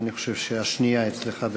היא, אני חושב, השנייה אצלך בסדר-היום,